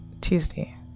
tuesday